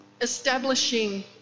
establishing